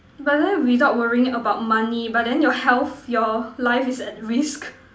but then without worrying about money but then your health your life is at risk